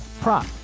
prop